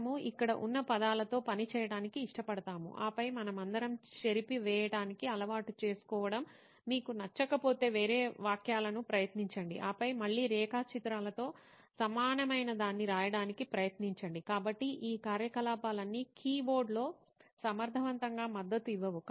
మనము ఇక్కడ ఉన్న పదాలతో పని చేయడానికి ఇష్టపడతాము ఆపై మనమందరం చెరిపి వేయడానికి అలవాటు చేసుకోవడం మీకు నచ్చకపోతే వేరే వాక్యాలను ప్రయత్నించండి ఆపై మళ్ళీ రేఖాచిత్రాలతో సమానమైనదాన్ని రాయడానికి ప్రయత్నించండి కాబట్టి ఈ కార్యకలాపాలన్నీ కీబోర్డ్లో సమర్థవంతంగా మద్దతు ఇవ్వవు